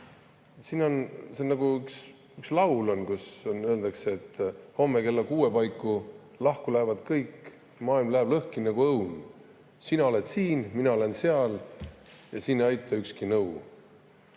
See on nagu üks laul, milles öeldakse: homme kella kuue paiku lahku lähevad kõik, maailm läheb lõhki nagu õun, sina oled siin, mina olen seal ja siin ei aita ükski nõu.